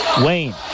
Wayne